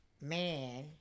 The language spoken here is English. man